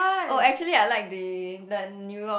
oh actually I like the that New York